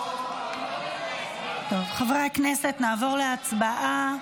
חברי הכנסת, נעבור להצבעה.